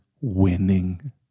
winning